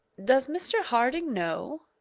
does mr. harding know?